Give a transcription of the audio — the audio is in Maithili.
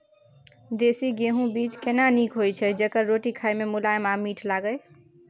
देसी गेहूँ बीज केना नीक होय छै जेकर रोटी खाय मे मुलायम आ मीठ लागय?